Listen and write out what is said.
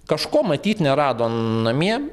kažko matyt nerado namie